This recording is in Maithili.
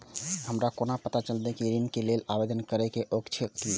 हमरा कोना पताा चलते कि हम ऋण के लेल आवेदन करे के योग्य छी की ने?